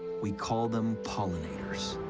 we call them pollinators!